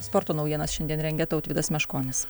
sporto naujienas šiandien rengia tautvydas meškonis